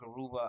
Garuba